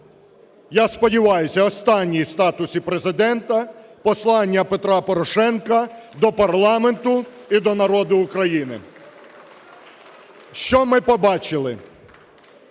я сподіваюся, останнє в статусі Президента послання Петра Порошенка до парламенту і до народу України. Що ми побачили?